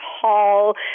hall